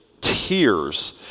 tears